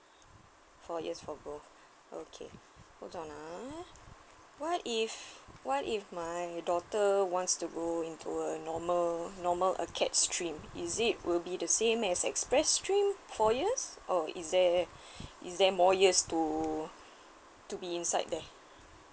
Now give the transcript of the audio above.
four years for both okay hold on ha what if what if my daughter wants to go into a normal normal acat stream is it will be the same as express stream four years or is there is there more years to to be inside there